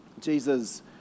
Jesus